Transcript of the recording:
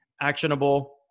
Actionable